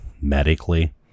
medically